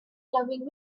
loving